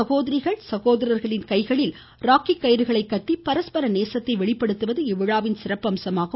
சகோதரிகள் சகோதரர்களின் கைகளில் ராக்கி கயிறுகளை கட்டி பரஸ்பர நேசத்தை வெளிப்படுத்துவது இவ்விழாவின் சிறப்பம்சமாகும்